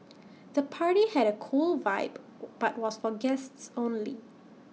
the party had A cool vibe but was for guests only